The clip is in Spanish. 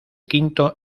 quinto